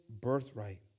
birthright